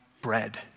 bread